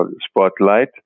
spotlight